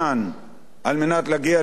כדי להגיע להסדרים,